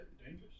dangerous